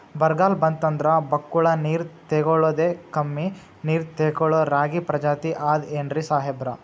ಬರ್ಗಾಲ್ ಬಂತಂದ್ರ ಬಕ್ಕುಳ ನೀರ್ ತೆಗಳೋದೆ, ಕಮ್ಮಿ ನೀರ್ ತೆಗಳೋ ರಾಗಿ ಪ್ರಜಾತಿ ಆದ್ ಏನ್ರಿ ಸಾಹೇಬ್ರ?